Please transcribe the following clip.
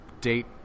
date